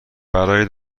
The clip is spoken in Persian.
برای